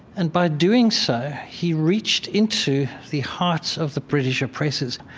and by doing so, he reached into the heart of the british oppressors.